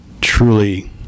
truly